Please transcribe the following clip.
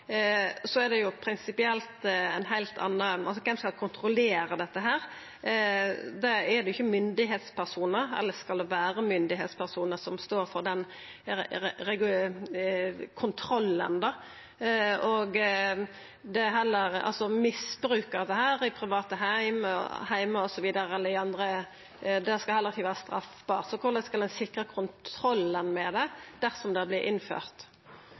er det prinsipielt noko heilt anna. Kven skal kontrollera dette? Der er det ikkje personar med mynde, eller skal det vera personar med slik mynde som står for den kontrollen? Misbruk av dette i private heimar eller andre samanhengar skal heller ikkje vera straffbart. Korleis skal ein sikra kontroll med det dersom det vert innført?